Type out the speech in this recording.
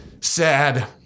sad